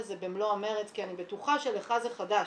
זה במלוא המרץ כי אני בטוחה שלך זה חדש